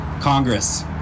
Congress